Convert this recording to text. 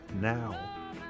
now